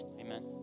Amen